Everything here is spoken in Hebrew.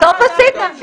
בסוף עשיתם.